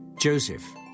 Joseph